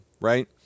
right